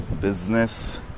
business